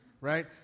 right